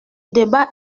débat